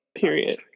Period